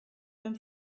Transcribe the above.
beim